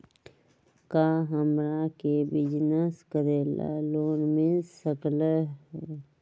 का हमरा के बिजनेस करेला लोन मिल सकलई ह?